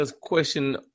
question